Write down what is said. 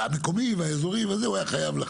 המקומי והאזורי הוא היה חייב.